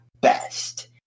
best